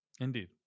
Indeed